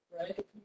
right